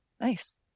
nice